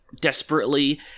desperately